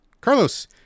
Carlos